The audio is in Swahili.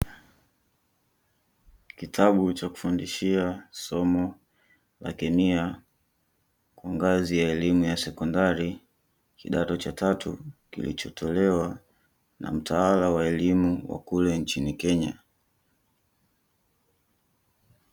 Kitabu cha kufundishia somo la kemia, ngazi ya elimu ya sekondari kidato cha tatu, kilichotolewa na mtaala wa elimu wa kule nchini Kenya.